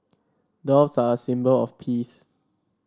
doves are a symbol of peace